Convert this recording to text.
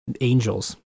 Angels